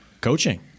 coaching